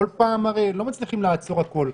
הרי לא מצליחים לעצור הכול,